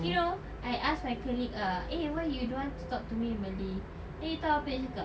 you know I ask my colleague ah eh why you don't want to talk to me in malay then you tahu apa dia cakap